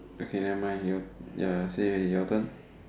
okay never mind you are you are say your turn